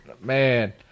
Man